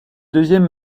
deuxième